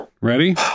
ready